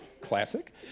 classic